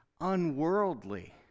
unworldly